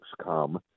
come